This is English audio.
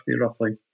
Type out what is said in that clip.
roughly